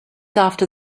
after